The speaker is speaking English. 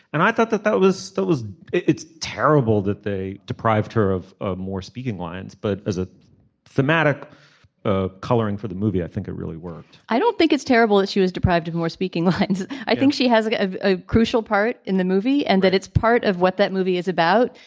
and i thought that that was that was it's terrible that they deprived her of of more speaking lines but as a thematic ah coloring for the movie i think it really worked i don't think it's terrible that she was deprived of more speaking. i think she has a crucial part in the movie and that it's part of what that movie is about.